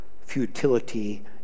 futility